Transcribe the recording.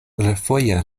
refoje